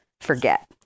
forget